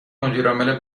مدیرعامل